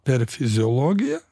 per fiziologiją